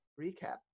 recap